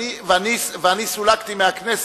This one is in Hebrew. ואני סולקתי מהכנסת.